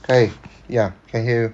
可以 ya can hear you